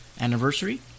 anniversary